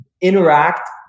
interact